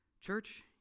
Church